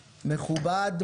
מכובד,